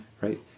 right